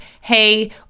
hey